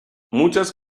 muchas